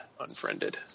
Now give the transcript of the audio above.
Unfriended